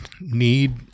need